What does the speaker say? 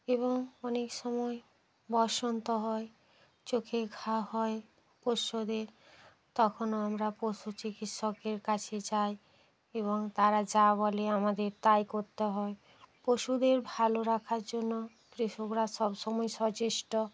এবং অনেক সময় বসন্ত হয় চোখে ঘা হয় পোষ্যদের তখনও আমরা পশু চিকিসসকের কাছে যাই এবং তারা যা বলে আমাদের তাই করতে হয় পশুদের ভালো রাখার জন্য কৃষকরা সব সময় সচেষ্ট